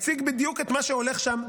שהציג בדיוק את מה שהולך שם,